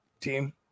team